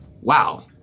wow